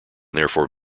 therefore